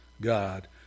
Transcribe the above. God